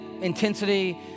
intensity